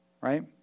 right